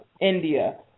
India